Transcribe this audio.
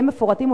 די מפורטים,